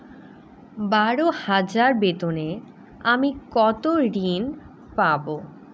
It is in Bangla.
বারো হাজার বেতনে আমি কত ঋন পাব?